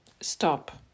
stop